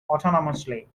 autonomously